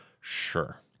Sure